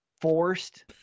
forced